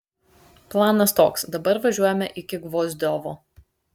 planas toks dabar važiuojame iki gvozdiovo